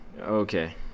Okay